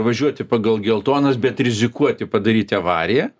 važiuoti pagal geltonas bet rizikuoti padaryti avariją